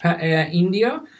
India